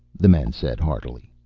the men said heartily.